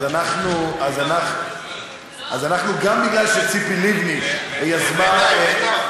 אז אנחנו, גם בגלל שציפי לבני יזמה,